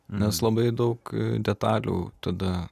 nes labai daug detalių tada